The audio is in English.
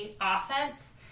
offense